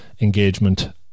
engagement